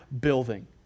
building